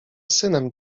synem